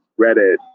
Reddit